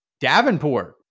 Davenport